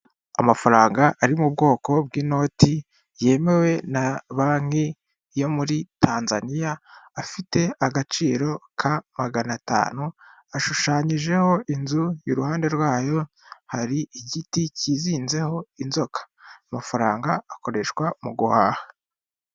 Amafaranga ari mu bwoko bw'inoti yemewe na banki yo muri Tanzaniya afite agaciro ka magana atanu, ashushanyijeho inzu, iruhande rwayo hari igiti cyizinzeho inzoka. Amafaranga akoreshwa mu guhaha.